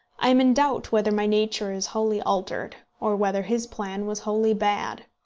i am in doubt whether my nature is wholly altered, or whether his plan was wholly bad.